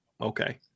okay